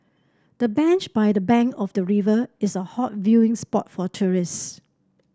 the bench by the bank of the river is a hot viewing spot for tourists